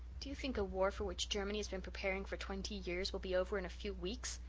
do you think a war for which germany has been preparing for twenty years will be over in a few weeks?